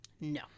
No